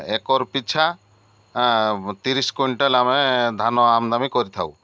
acre ପିଛା ତିରିଶ quintal ଆମେ ଧାନ ଆମଦାନୀ କରିଥାଉ